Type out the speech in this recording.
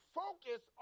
focus